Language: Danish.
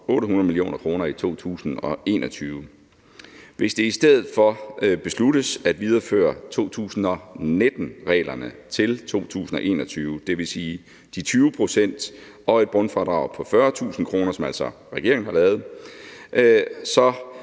800 mio. kr. 2021. Hvis det i stedet for besluttes at videreføre 2019-reglerne til 2021, dvs. de 20 pct. og et bundfradrag på 40.000 kr., som altså regeringen har lavet, og